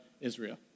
Israel